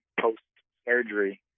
post-surgery